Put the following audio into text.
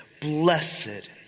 Blessed